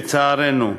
לצערנו.